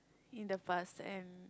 in the past and